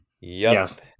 yes